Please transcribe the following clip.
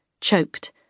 choked